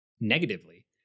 negatively